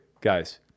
Guys